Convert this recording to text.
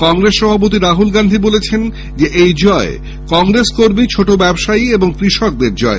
কংগ্রেস সভাপতি রাহুল গান্ধী বলেছেন এই জয় কংগ্রেস কর্মী ছোট ব্যবসায়ী ও কৃষকের জয়